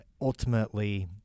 Ultimately